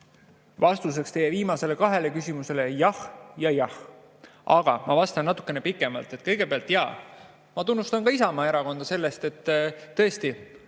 Vastuseks teie viimasele kahele küsimusele: jah ja jah. Aga ma vastan natukene pikemalt. Kõigepealt, jaa, ma tunnustan ka Isamaa erakonda selle eest: tõesti,